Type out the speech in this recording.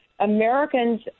Americans